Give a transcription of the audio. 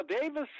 Davis